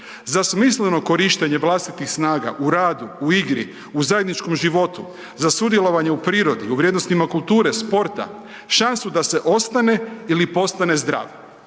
za smišljeno korištenje vlastitih snaga u radu, u igri, u zajedničkom životu, za sudjelovanje u prirodi, u vrijednostima kulture, sporta, šansu da se ostane ili postane zdrav.